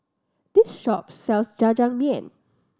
this shop sells Jajangmyeon